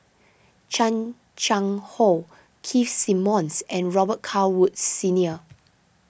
Chan Chang How Keith Simmons and Robet Carr Woods Senior